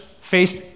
faced